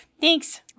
Thanks